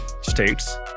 states